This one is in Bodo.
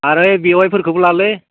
आरो बेवाइफोरखौबो लालै